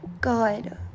God